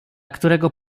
którego